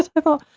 i thought,